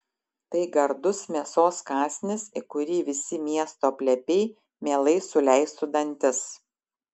tai gardus mėsos kąsnis į kurį visi miesto plepiai mielai suleistų dantis